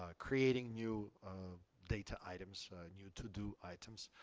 ah creating new data items, new to-do items,